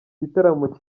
gitaramo